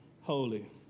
holy